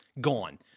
gone